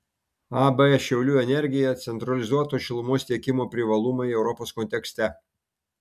ab šiaulių energija centralizuoto šilumos tiekimo privalumai europos kontekste